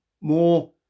more